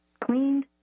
cleaned